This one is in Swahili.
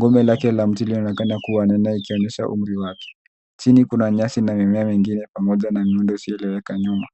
ngome lake la mti linaonekana kuwa nena ikonyesha umri wake chini kuna nyasi na mimea mingine pamoja na miundo isiyoeleweka nyuma.